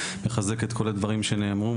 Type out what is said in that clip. מחזק את כל הדברים שנאמרו,